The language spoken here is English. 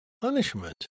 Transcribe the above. punishment